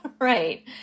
Right